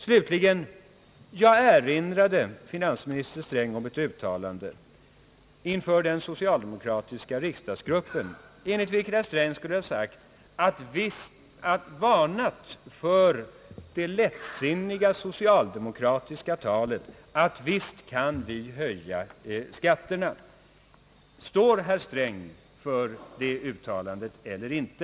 Slutligen — jag erinrade finansminister Sträng om ett uttalande inför den socialdemokratiska = riksdagsgruppen, enligt vilket herr Sträng skulle ha varnat för det lättsinniga socialdemokratiska talet att »visst kan vi höja skatterna». Står herr Sträng för det uttalandet eller inte?